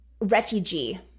refugee